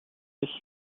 sich